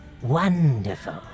Wonderful